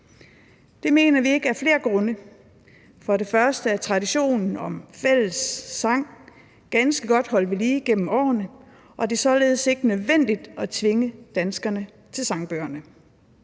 Det mener vi ikke af flere grunde. For det første er traditionen om fællessang ganske godt holdt ved lige gennem årene, og det er således ikke nødvendigt at tvinge danskerne til sangbøgerne.